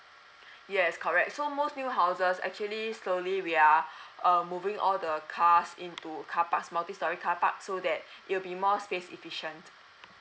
yes correct so most new houses actually slowly we are err moving all the cars into carparks multi storey carpark so that it will be more space efficient